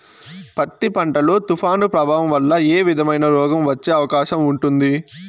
పత్తి పంట లో, తుఫాను ప్రభావం వల్ల ఏ విధమైన రోగం వచ్చే అవకాశం ఉంటుంది?